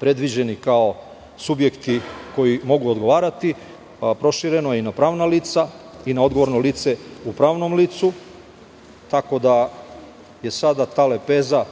predviđeni kao subjekti koji mogu odgovarati, prošireno je i na pravna lica i na odgovorno lice u pravnom licu, tako da je sada ta lepeza